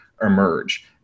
emerge